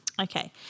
Okay